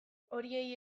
horiei